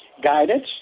guidance